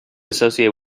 associate